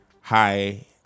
hi